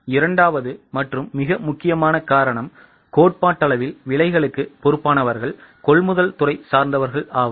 இரண்டாவது மற்றும் மிக முக்கியமான காரணம் கோட்பாட்டளவில் விலைகளுக்கு பொறுப்பானவர்கள் கொள்முதல் துறை சார்ந்தவர்களாவர்